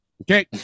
Okay